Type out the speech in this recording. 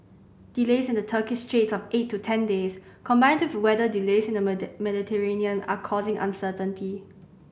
delays in the Turkish straits of eight to ten days combined with weather delays in the Mediterranean are causing uncertainty